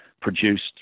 produced